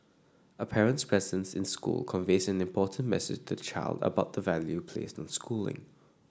a parent's presence in school conveys an important message to the child about the value placed on schooling